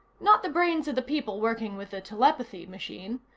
not the brains of the people working with the telepathy machine.